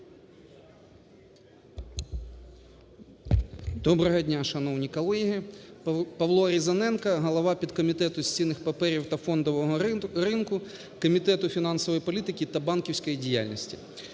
Доброго дня, шановні колеги. Павло Різаненко, голова підкомітету з цінних паперів та фондового ринку Комітету фінансової політики та банківської діяльності.